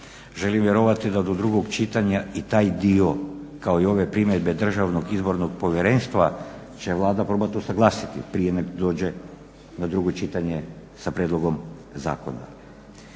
Želim vjerovati da do drugog čitanja i taj dio, kao i ove primjedbe Državnog izbornog povjerenstva će Vlada probati usuglasiti prije nego dođe na drugo čitanje sa prijedlogom zakona.